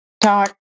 talk